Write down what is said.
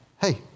Hey